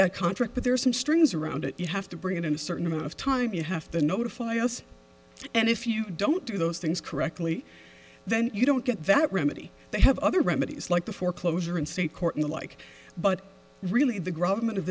that contract but there's some strings around it you have to bring it in a certain amount of time you have to notify us and if you don't do those things correctly then you don't get that remedy they have other remedies like the foreclosure and state court in the like but really the grommet of